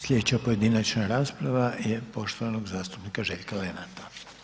Slijedeća pojedinačna rasprava je poštovanog zastupnika Željka Lenarta.